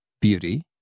beauty